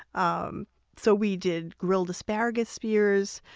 um so we did grilled asparagus spears,